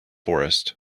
forest